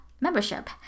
membership